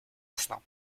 instinct